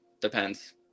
depends